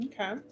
Okay